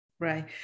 Right